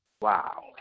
Wow